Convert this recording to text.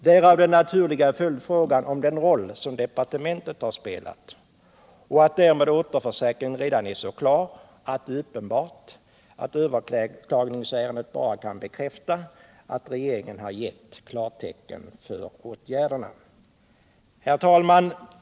Därav den naturliga följdfrågan om den roll som departementet har spelat, och därav den slutsatsen att återförsäkringen redan är så klar att överklagningsärendet bara kan bekräfta att regeringen har gett klartecken för åtgärderna. Herr talman!